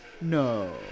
No